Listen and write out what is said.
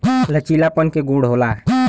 लचीलापन के गुण होला